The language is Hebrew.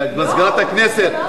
מזכירת הכנסת,